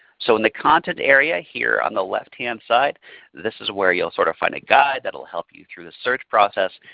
so in the content area here on the left-hand side this is where you will sort of find a guide that will help you through the search process.